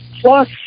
Plus